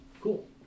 cool